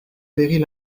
péril